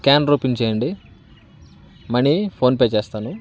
scanner open చేయండి money PhonePe చేస్తాను